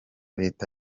leta